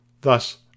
thus